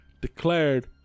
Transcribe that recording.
declared